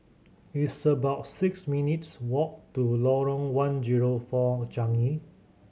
it's about six minutes' walk to Lorong One Zero Four Changi